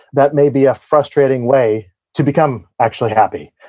that may be a frustrating way to become actually happy.